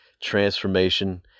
transformation